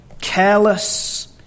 careless